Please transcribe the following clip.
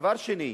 דבר שני,